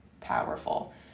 powerful